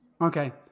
Okay